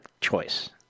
choice